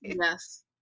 Yes